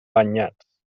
banyats